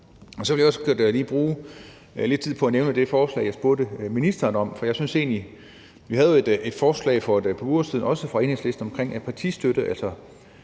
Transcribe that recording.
Så vil jeg også godt lige bruge lidt tid på at nævne det forslag, jeg spurgte ministeren om. Vi havde jo et forslag for et par uger siden, også fra Enhedslisten, om partistøtte, altså